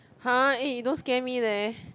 !huh! eh you don't scare me leh